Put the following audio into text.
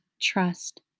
trust